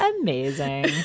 amazing